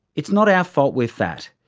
it's not our fault we're fat.